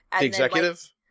executive